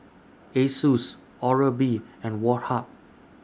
Asus Oral B and Woh Hup